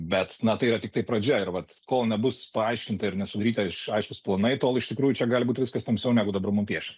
bet na tai yra tiktai pradžia ir vat kol nebus paaiškinta ir nesudaryta aiškūs planai tol iš tikrųjų čia gali būti viskas tamsiau negu dabar mum piešia